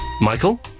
Michael